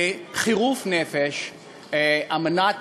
וחירוף נפש על מנת